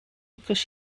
because